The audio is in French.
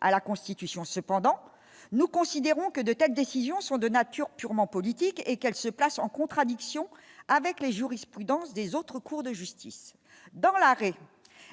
à la Constitution, cependant, nous considérons que de telles décisions sont de nature purement politique et qu'elle se place en contradiction avec les jurisprudences des autres cours de justice dans l'arrêt